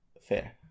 fair